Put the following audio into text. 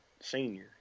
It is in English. senior